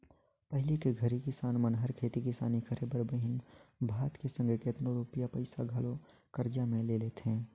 पहिली के घरी किसान मन हर खेती किसानी करे बर बीहन भात के संघे केतनो रूपिया पइसा घलो करजा में ले लेथें